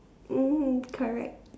mm correct